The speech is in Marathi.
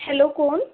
हॅलो कोण